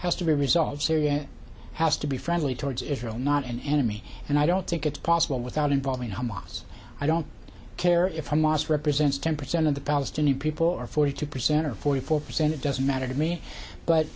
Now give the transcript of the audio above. has to be resolved syria has to be friendly towards israel not an enemy and i don't think it's possible without involving hamas i don't care if hamas represents ten percent of the palestinian people or forty two percent or forty four percent it doesn't matter to me but